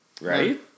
Right